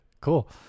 Cool